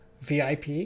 VIP